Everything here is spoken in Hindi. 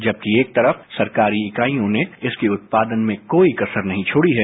जबकि एक तरफ सरकारी इकाइयों ने इसके उत्पादन में कोई कसर नहीं छोड़ी है